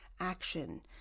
action